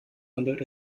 handelt